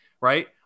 Right